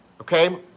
Okay